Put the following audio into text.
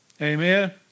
Amen